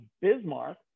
Bismarck